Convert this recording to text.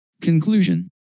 Conclusion